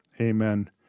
amen